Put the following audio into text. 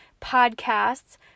podcasts